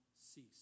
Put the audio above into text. cease